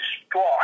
destroy